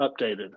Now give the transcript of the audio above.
updated